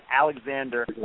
Alexander